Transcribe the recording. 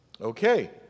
Okay